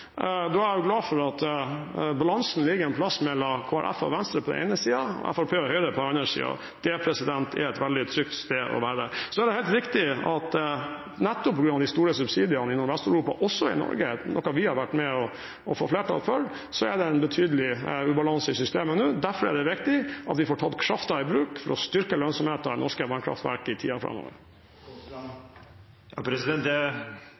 er jeg glad for at balansen ligger et sted mellom Kristelig Folkeparti og Venstre på den ene siden og Fremskrittspartiet og Høyre på den andre siden. Det er et veldig trygt sted å være. Så er det helt riktig at nettopp på grunn av de store subsidiene i Nordvest-Europa, også i Norge, noe vi har vært med og fått flertall for, er det en betydelig ubalanse i systemet nå. Derfor er det viktig at vi får tatt kraften i bruk for å styrke lønnsomheten i norske vannkraftverk i tiden framover. Jeg registrerer at statsråden velger ikke å svare. Det